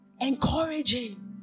Encouraging